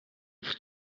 eich